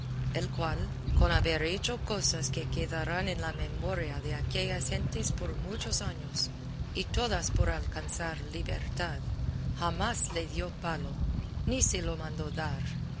el cual con haber hecho cosas que quedarán en la memoria de aquellas gentes por muchos años y todas por alcanzar libertad jamás le dio palo ni se lo mandó dar